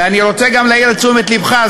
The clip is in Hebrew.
ואני רוצה גם להעיר את תשומת לבך,